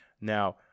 Now